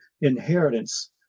inheritance